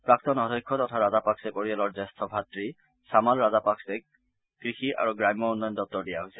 প্ৰাক্তন অধ্যক্ষ তথা ৰাজাপাকছে পৰিয়ালৰ জ্যেষ্ঠ ভাতৃ চামাল ৰাজাপাকছেক কৃষি আৰু গ্ৰাম্য উন্নয়ন দপ্তৰ দিয়া হৈছে